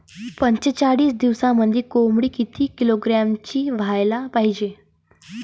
पंचेचाळीस दिवसामंदी कोंबडी किती किलोग्रॅमची व्हायले पाहीजे?